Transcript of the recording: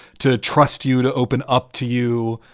to trust you, to open up to you,